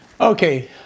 Okay